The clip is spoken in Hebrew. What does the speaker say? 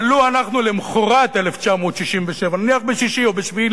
ולו אנחנו למחרת 1967, נניח ב-6 או ב-7,